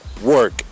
work